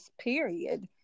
period